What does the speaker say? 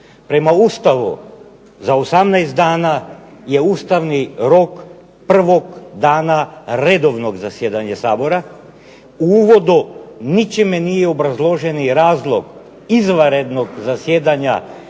Prema Ustavu, za 18 dana je ustavni rok prvog dana redovnog zasjedanja Sabora. U uvodu ničime nije obrazložen razlog izvanrednog zasjedanja